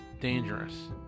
dangerous